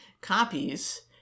copies